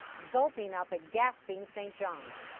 gulping up a gasping st. johns.